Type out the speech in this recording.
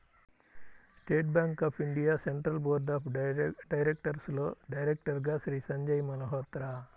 state bank of India central board of డైరెక్టర్స్లో డైరెక్టర్గా శ్రీ సంజయ్ మల్హోత్రా